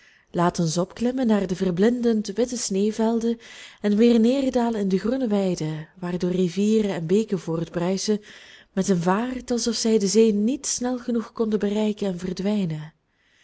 laat ons opklimmen naar de verblindend witte sneeuwvelden en weer neerdalen in de groene weiden waardoor rivieren en beken voortbruisen met een vaart alsof zij de zee niet snel genoeg konden bereiken en verdwijnen